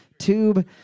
tube